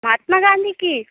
महात्मा गाँधी की